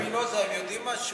ועל שפינוזה הם יודעים משהו?